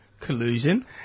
collusion